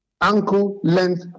ankle-length